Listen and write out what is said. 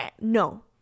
No